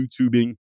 YouTubing